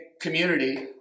community